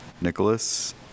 Nicholas